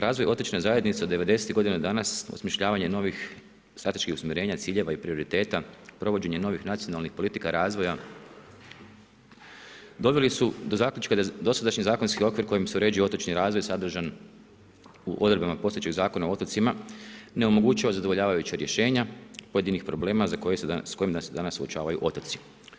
Razvoj otočne zajednice od '90. do danas je osmišljavanje novih strateških usmjerenja, ciljeva i prioriteta, provođenje novih nacionalnih politika razvoja doveli su do zaključka da dosadašnji zakonski okvir kojim se uređuje otočni razvoj sadržan u odredbama postojećeg Zakona o otocima ne omogućuje zadovoljavajuća rješenja pojedinih problema s kojima se danas suočavaju otoci.